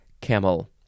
camel